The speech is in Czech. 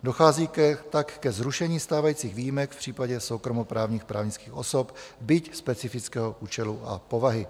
Dochází tak ke zrušení stávajících výjimek v případě soukromoprávních právnických osob, byť specifického účelu a povahy.